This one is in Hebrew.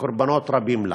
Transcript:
וקורבנות רבים לה.